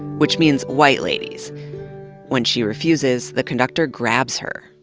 which means, white ladies when she refuses, the conductor grabs her.